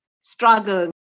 struggle